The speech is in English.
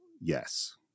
yes